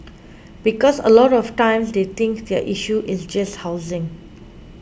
because a lot of times they think their issue is just housing